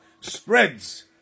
spreads